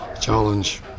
challenge